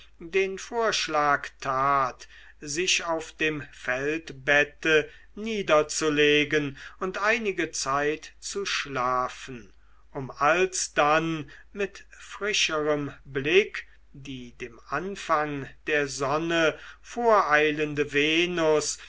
den vorschlag tat sich auf dem feldbette niederzulegen und einige zeit zu schlafen um alsdann mit frischerem blick die dem aufgang der sonne voreilende